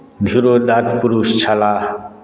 छिरोदक पुरुष छलाह